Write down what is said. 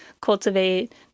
cultivate